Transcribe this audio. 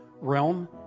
realm